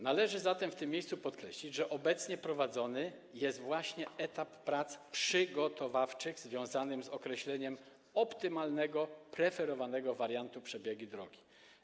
Należy zatem w tym miejscu podkreślić, że obecnie prowadzony jest właśnie etap prac przygotowawczych związany z określeniem optymalnego, preferowanego wariantu przebiegu drogi.